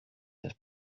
der